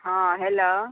हॅं हेलो